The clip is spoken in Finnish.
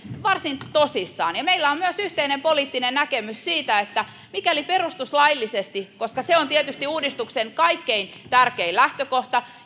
varsin tosissaan meillä on myös yhteinen poliittinen näkemys siitä että mikäli perustuslailliset arviot koska se on tietysti uudistuksen kaikkein tärkein lähtökohta